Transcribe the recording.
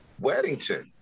Weddington